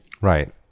Right